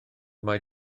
mae